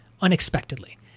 unexpectedly